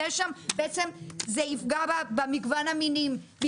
בעצם תפגע במגוון המינים,